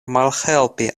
malhelpi